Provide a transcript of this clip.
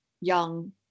young